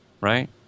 right